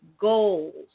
Goals